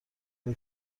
فکر